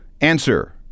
Answer